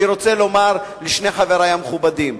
אני רוצה לומר לשני חברי המכובדים,